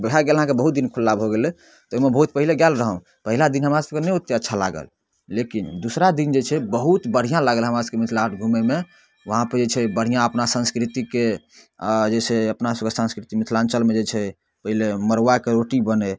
भए गेल अहाँके बहुत दिन खुलला भऽ गेलै तऽ एहिमे बहुत पहिले गेल रहौं पहिला दिन हमरा सबकेँ नहि ओते अच्छा लागल लेकिन दुसरा दिन जे छै बहुत बढ़िआँ लागल हमरा सबके मिथिला घुमैमे वहाँपर जे छै बढ़िआँ अपना संस्कृतिके जे छै अपना संस्कृति मिथिलाञ्चलमे जे छै पहिले मरुआके रोटी बनय